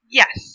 yes